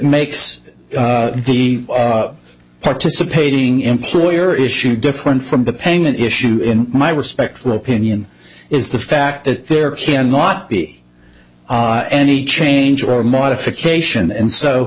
makes the participating employer issue different from the payment issue in my respect for the opinion is the fact that there can not be any change or modification and so